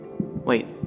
Wait